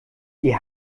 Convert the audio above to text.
die